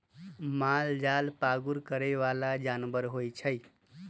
मालजाल पागुर करे बला जानवर होइ छइ